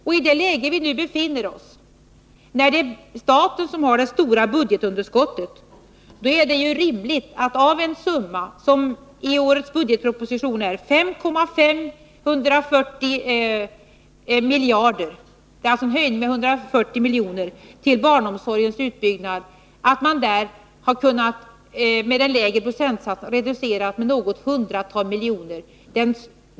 I det läge som vi nu befinner oss i, när staten har ett så stort budgetunderskott, är det ju rimligt att man med en lägre procentsats reducerar det i årets budgetproposition föreslagna beloppet 5,5 miljarder kronor — vilket innebär en höjning med 140 milj.kr. i förhållande till föregående budgetår — med något hundratal miljoner.